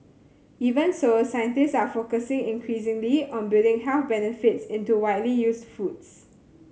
even so scientists are focusing increasingly on building health benefits into widely used foods